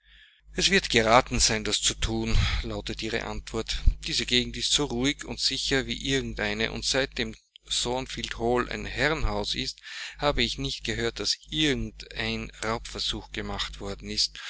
es wird geraten sein das zu thun lautete ihre antwort diese gegend ist so ruhig und sicher wie irgend eine und seitdem thornfield hall ein herrenhaus ist habe ich nicht gehört daß irgend ein raubversuch gemacht worden ist